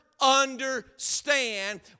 understand